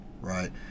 Right